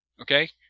okay